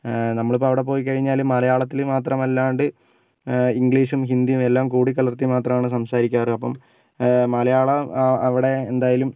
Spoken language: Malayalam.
നമ്മൾ ഇപ്പോൾ അവിടെ പോയിക്കഴിഞ്ഞാൽ മലയാളത്തിൽ മാത്രമല്ലാണ്ട് ഇംഗ്ലീഷും ഹിന്ദിയും എല്ലാം കൂടി കലർത്തി മാത്രമാണ് സംസാരിക്കാറ് അപ്പം മലയാളം അവിടെ എന്തായാലും